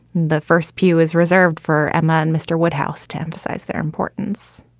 the first pew is reserved for a man, mr woodhouse, to emphasize their importance.